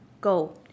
Go